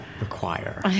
require